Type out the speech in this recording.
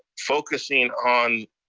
focusing on